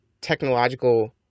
technological